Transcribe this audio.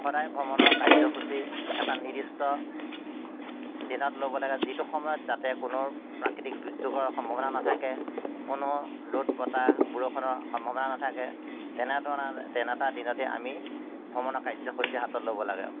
সদায় ভ্ৰমণৰ কাৰ্যসূচী এটা নিৰ্দিষ্ট দিনত ল'ব লাগে যিটো সময়ত যাতে কোনো প্ৰাকৃতিক দুৰ্যোগৰ সম্ভাৱনা নাথাকে কোনো ৰ'দ বতাহ বৰষুণৰ সম্ভাৱনা নাথাকে তেনেধৰণে তেনে এটা দিনতে আমি ভ্ৰমণৰ কাৰ্যসূচী হাতত ল'ব লাগে